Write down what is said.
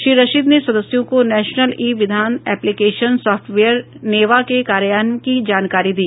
श्री रशीद ने सदस्यों को National e Vidhan Application software NeVA के कार्यान्वयन की जानकारी दी